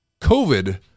COVID